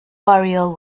burial